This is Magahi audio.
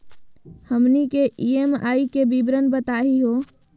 हमनी के ई.एम.आई के विवरण बताही हो?